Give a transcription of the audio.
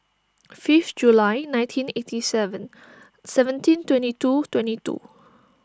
fifth July nineteen eighty seven seventeen twenty two twenty two